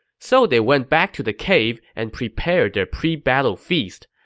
so they went back to the cave and prepared their pre-battle feast.